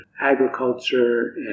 Agriculture